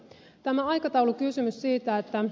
tämä aikataulukysymys